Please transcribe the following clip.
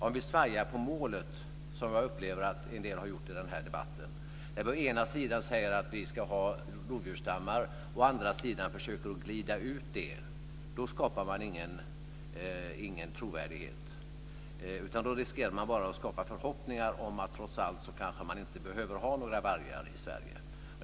Om man svävar på målet, som jag upplever att en del har gjort i debatten som å ena sidan säger att vi ska ha rovdjursstammr och å andra sidan försöker glida ut ur det, skapar man ingen trovärdighet. Då riskerar man bara att skapa förhoppningar om att vi trots allt kanske inte behöver ha några vargar i Sverige.